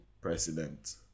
president